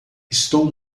estou